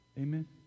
Amen